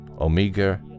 Omega